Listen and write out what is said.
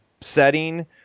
setting